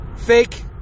Fake